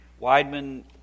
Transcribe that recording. Weidman